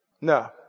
No